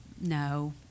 no